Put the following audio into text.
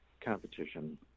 competition